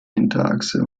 hinterachse